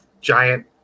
giant